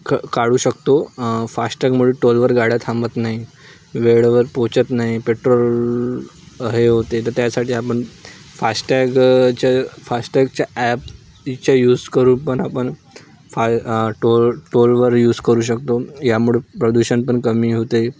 ख काढू शकतो फास्टॅगमुळे टोलवर गाड्या थांबत नाही वेळेवर पोचत नाही पेट्रोल हे होते तर त्यासाठी आपण फास्टॅगच्या फास्टॅगच्या ॲपचा यूज करून पण आपण फा टोल टोलवर यूज करू शकतो यामुळे प्रदूषण पण कमी होते